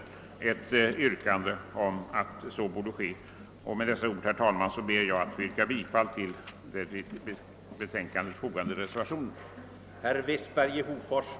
Herr talman! Med dessa ord ber jag få yrka bifall till reservationen.